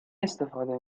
استفاده